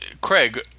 Craig